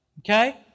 okay